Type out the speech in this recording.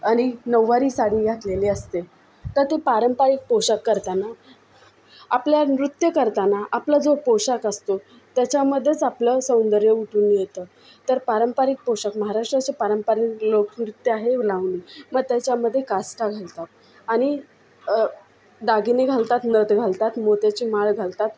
आणि नऊवारी साडी घातलेली असते तर ती पारंपारिक पोषाख करताना आपल्या नृत्य करताना आपला जो पोषाख असतो त्याच्यामध्येच आपलं सौंदर्य उठून मिळतं तर पारंपारिक पोषाख महाराष्ट्राचा पारंपारिक लोकनृत्य आहे लावणी मग तेच्यामध्ये काष्टा घालतात आणि दागिने घालतात नथ घालतात मोत्याची माळ घालतात